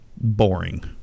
boring